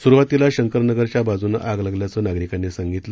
स्रुवातीला शंकरनगरच्या बाजूनं आग लागल्याचं नागरिकांनी सांगितलं